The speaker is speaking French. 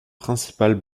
principales